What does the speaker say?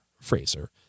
Fraser